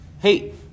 Hey